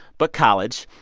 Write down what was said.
but college.